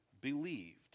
believed